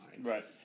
Right